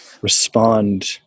respond